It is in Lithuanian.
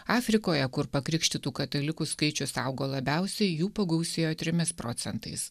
afrikoje kur pakrikštytų katalikų skaičius augo labiausiai jų pagausėjo trimis procentais